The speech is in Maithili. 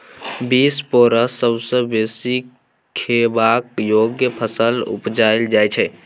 बिसपोरस सबसँ बेसी खेबाक योग्य फंगस उपजाएल जाइ छै